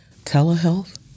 telehealth